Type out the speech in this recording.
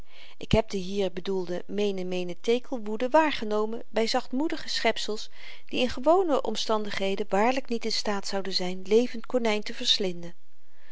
ik heb de hier bedoelde mene mene tekel woede waargenomen by zachtmoedige schepsels die in gewone omstandigheden waarlyk niet in staat zouden zyn n levend konyn te verslinden